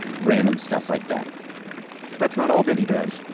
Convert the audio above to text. random stuff like that that's not all benny does.